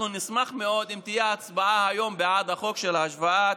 אנחנו נשמח מאוד אם תהיה הצבעה היום בעד החוק של השוואת